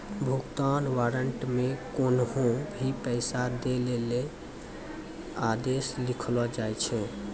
भुगतान वारन्ट मे कोन्हो भी पैसा दै लेली आदेश लिखलो जाय छै